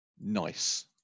nice